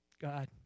God